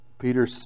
Peter